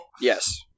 yes